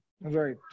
Right